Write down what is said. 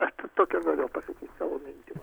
aš tik tokią galiu pasakyt savo mintį va